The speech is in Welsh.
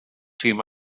tîm